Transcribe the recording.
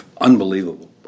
unbelievable